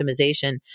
optimization